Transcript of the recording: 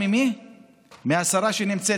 הם רק פצצה